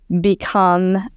Become